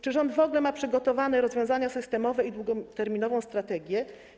Czy rząd w ogóle ma przygotowane rozwiązania systemowe i długoterminową strategię?